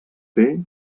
fer